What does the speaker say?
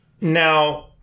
Now